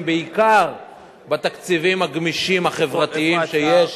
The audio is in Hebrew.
בעיקר בתקציבים הגמישים החברתיים שיש.